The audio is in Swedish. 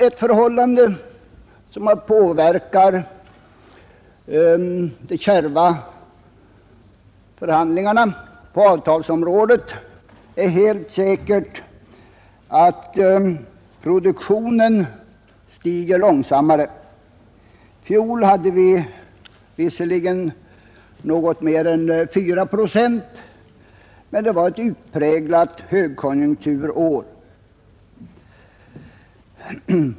Ett förhållande som har påverkat de kärva förhandlingarna på avtalsområdet är helt säkert att produktionen stiger långsammare. I fjol hade vi visserligen en något mer än 4 procentig produktionsökning, men det var ett utpräglat högkonjunkturår.